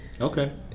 Okay